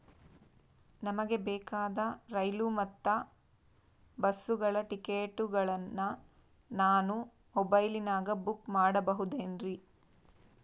ನಮಗೆ ಬೇಕಾದ ರೈಲು ಮತ್ತ ಬಸ್ಸುಗಳ ಟಿಕೆಟುಗಳನ್ನ ನಾನು ಮೊಬೈಲಿನಾಗ ಬುಕ್ ಮಾಡಬಹುದೇನ್ರಿ?